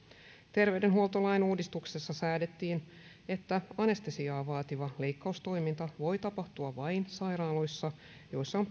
terveydenhuoltolain uudistuksessa säädettiin että anestesiaa vaativa leikkaustoiminta voi tapahtua vain sairaaloissa joissa on